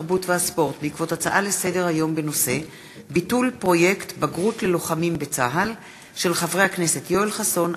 התרבות והספורט בעקבות דיון בהצעות לסדר-היום של חברי הכנסת יואל חסון,